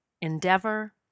endeavor